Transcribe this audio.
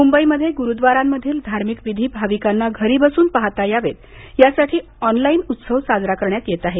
मुंबईमध्ये गुरुद्वारांमधील धार्मिक विधी भाविकांना घरी बसून पाहता यावेत यासाठी ऑनलाइन उत्सव साजरा केला जात आहे